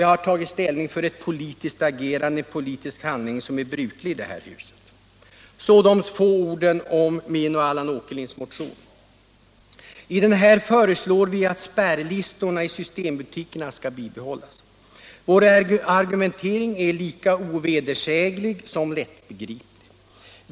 Jag tar ställning för ett politiskt agerande, ett agerande som är brukligt i det här huset. Så de få orden om min och Allan Åkerlinds motion. I den föreslår vi att spärrlistorna i systembutikerna skall bibehållas. Vår argumentering är lika ovedersäglig som lättbegriplig.